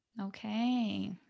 Okay